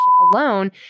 alone